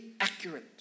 accurate